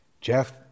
Jeff